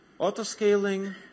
Autoscaling